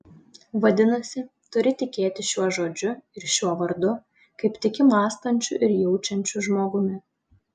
vadinasi turi tikėti šiuo žodžiu ir šiuo vardu kaip tiki mąstančiu ir jaučiančiu žmogumi